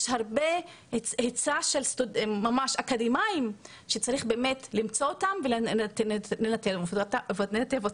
יש הרבה היצע של אקדמאים שצריך באמת למצוא אותם ולנתב אותם.